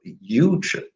huge